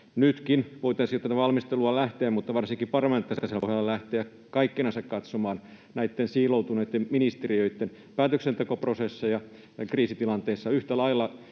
nytkin voitaisiin tähän valmisteluun lähteä mutta varsinkin parlamentaarisella pohjalla voitaisiin lähteä kaikkinensa katsomaan näitten siiloutuneitten ministeriöitten päätöksentekoprosesseja kriisitilanteissa ja yhtä lailla